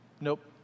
nope